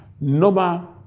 number